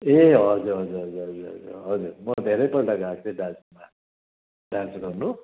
ए हजुर हजुर हजुर हजुर हजुर हजुर म धेरैपल्ट गएको थिएँ दार्जिलिङमा डान्स गर्नु